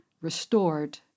restored